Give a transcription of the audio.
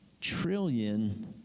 trillion